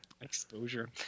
Exposure